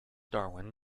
darwin